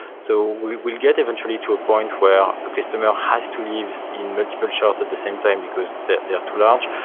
so we will get eventually to a point where a customer has to leave in multiple charts at the same time, because they are too large.